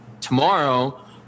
tomorrow